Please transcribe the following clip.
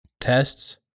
tests